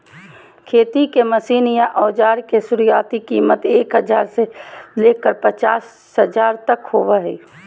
खेती के मशीन या औजार के शुरुआती कीमत एक हजार से लेकर पचास हजार तक होबो हय